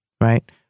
Right